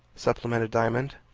supplemented diamond.